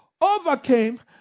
overcame